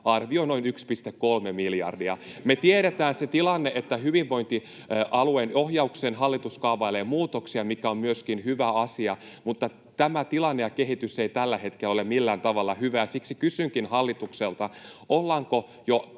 arviolta noin 1,3 miljardia. Me tiedetään se tilanne, että hyvinvointialueiden ohjaukseen hallitus kaavailee muutoksia, mikä on myöskin hyvä asia, mutta tämä tilanne ja kehitys ei tällä hetkellä ole millään tavalla hyvä. Siksi kysynkin hallitukselta: ollaanko jo